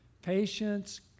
Patience